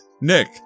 Nick